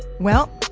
well,